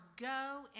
go